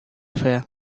fea